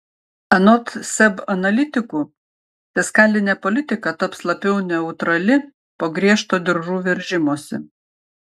anot seb analitikų fiskalinė politika taps labiau neutrali po griežto diržų veržimosi